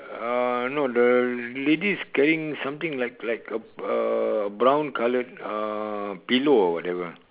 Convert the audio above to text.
uh no the lady is carrying something like like a uh brown coloured uh pillow or whatever